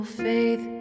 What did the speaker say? faith